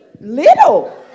little